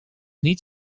niet